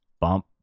bump